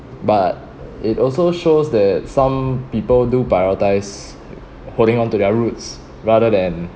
but it also shows that some people do prioritise holding onto their roots rather than